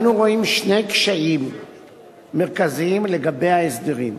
אנו רואים שני קשיים מרכזיים לגבי ההסדרים.